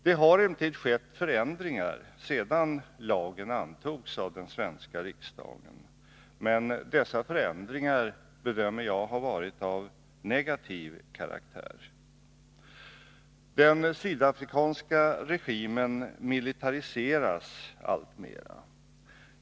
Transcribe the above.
Det har skett förändringar sedan lagen antogs av den svenska riksdagen, men dessa förändringar bedömer jag har varit av negativ karaktär. Den sydafrikanska regimen militariseras alltmer.